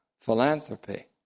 philanthropy